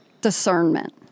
discernment